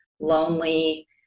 lonely